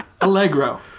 Allegro